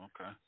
Okay